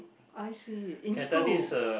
I see in school